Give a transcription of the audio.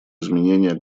изменения